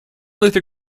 luther